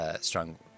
strong